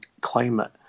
climate